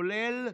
כולל,